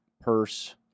purse